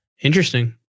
Interesting